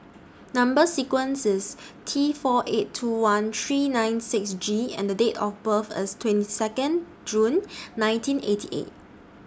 Number sequence IS T four eight two one three nine six G and Date of birth IS twenty Second June nineteen eighty eight